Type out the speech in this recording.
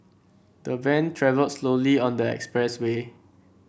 the van travelled slowly on the expressway